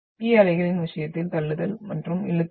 P அலைகளின் விஷயத்தில் தள்ளுதல் மற்றும் இழுத்தல்